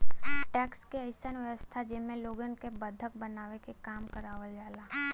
tax क अइसन व्यवस्था जेमे लोगन क बंधक बनाके काम करावल जाला